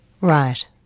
Right